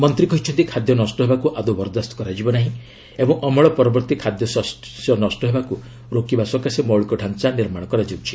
ମନ୍ତ୍ରୀ କହିଛନ୍ତି ଖାଦ୍ୟ ନଷ୍ଟ ହେବାକୁ ଆଦୌ ବରଦାସ୍ତ କରାଯିବ ନାହିଁ ଓ ଅମଳ ପରବର୍ତ୍ତୀ ଖାଦ୍ୟଶସ୍ୟ ନଷ୍ଟ ହେବାକୁ ରୋକିବା ସକାଶେ ମୌଳିକ ତାଞ୍ଚା ନିର୍ମାଣ କରାଯାଉଛି